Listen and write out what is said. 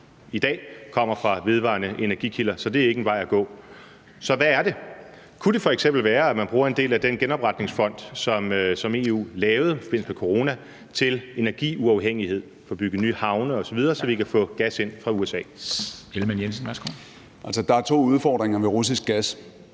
i dag kommer fra vedvarende energikilder. Så det er ikke en vej at gå. Så hvad er det? Kunne det f.eks. være, at man bruger en del af den genopretningsfond, som EU lavede i forbindelse med corona, til energiuafhængighed, får bygget nye havne osv., så vi kan få gas ind fra USA? Kl. 13:52 Formanden (Henrik Dam